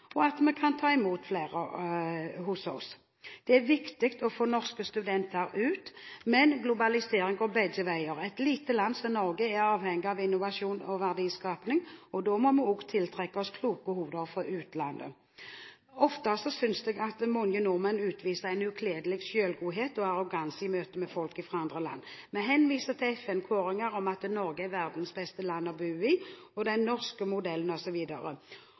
og at vi kan ta imot flere hos oss. Det er viktig å få norske studenter ut, men globalisering går begge veier. Et lite land som Norge er avhengig av innovasjon og verdiskaping, og da må vi også tiltrekke oss kloke hoder fra utlandet. Ofte synes jeg mange nordmenn utviser en ukledelig selvgodhet og arroganse i møte med folk fra andre land. Vi henviser til FN-kåringer om at Norge er verdens beste land å bo i, den norske modellen